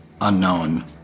unknown